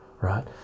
right